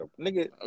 Nigga